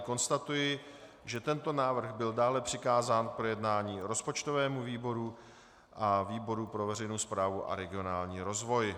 Konstatuji tedy, že tento návrh byl dále přikázán k projednání rozpočtovému výboru a výboru pro veřejnou správu a regionální rozvoj.